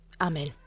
Amen